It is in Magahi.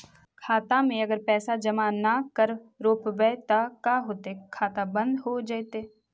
खाता मे अगर पैसा जमा न कर रोपबै त का होतै खाता बन्द हो जैतै?